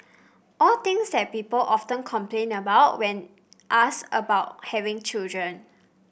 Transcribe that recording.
all things that people often complain about when asked about having children